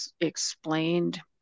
explained